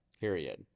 period